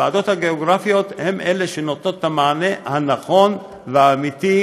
הוועדות הגיאוגרפיות הן אלה שנותנות את המענה הנכון והאמיתי,